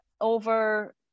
over